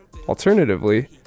Alternatively